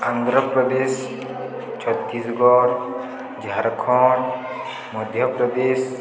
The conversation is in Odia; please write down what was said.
ଆନ୍ଧ୍ରପ୍ରଦେଶ ଛତିଶଗଡ଼ ଝାରଖଣ୍ଡ ମଧ୍ୟପ୍ରଦେଶ